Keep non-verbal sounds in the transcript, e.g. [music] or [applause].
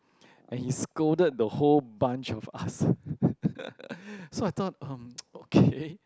and he scolded the whole bunch of us so I thought um [noise] okay